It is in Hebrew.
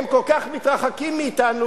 הם כל כך מתרחקים מאתנו,